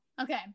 Okay